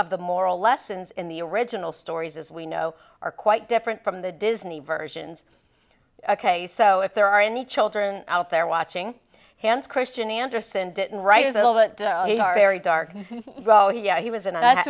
of the moral lessons in the original stories as we know are quite different from the disney versions ok so if there are any children out there watching hans christian andersen didn't write a little but they are very dark and go yeah he was and